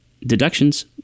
deductions